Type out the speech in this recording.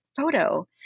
photo